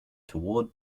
toward